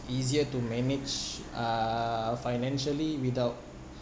easier to manage uh financially without